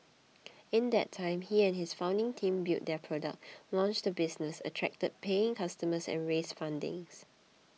in that time he and his founding team built their product launched the business attracted paying customers and raised funding